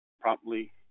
promptly